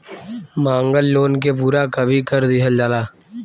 मांगल लोन के पूरा कभी कर दीहल जाला